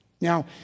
Now